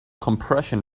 compression